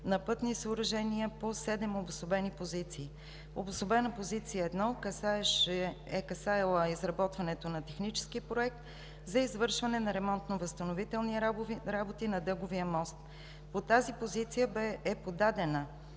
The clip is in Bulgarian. на пътни съоръжения по седем обособени позиции. Обособена позиция 1 е касаела изработването на технически проект за извършване на ремонтно-възстановителни работи на Дъговия мост. По тази позиция е подадена